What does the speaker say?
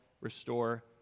restore